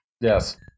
Yes